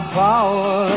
power